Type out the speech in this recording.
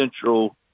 central